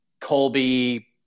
Colby